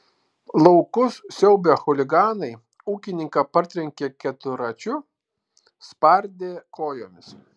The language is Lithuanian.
laukus siaubę chuliganai ūkininką partrenkė keturračiu spardė kojomis